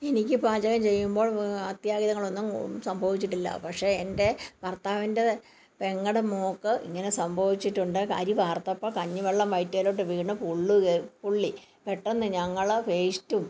എനിക്ക് പാചകം ചെയ്യുമ്പോൾ അത്യാഹിതങ്ങളൊന്നും സംഭവിച്ചിട്ടില്ല പക്ഷേ എൻ്റെ ഭാർത്താവിൻ്റെ പെങ്ങളുടെ മോൾക്ക് ഇങ്ങനെ സംഭവിച്ചിട്ടുണ്ട് അരി വാർത്തപ്പം കഞ്ഞിവെള്ളം വയറ്റിലോട്ട് വീണ് പൊള്ളുകേം പൊള്ളി പെട്ടന്ന് ഞങ്ങൾ പേസ്റ്റും